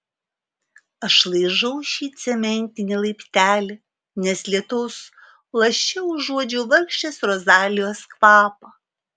aš laižau šį cementinį laiptelį nes lietaus laše užuodžiau vargšės rozalijos kvapą